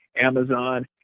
Amazon